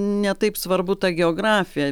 ne taip svarbu ta geografija